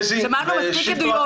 שמענו מספיק עדויות.